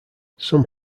some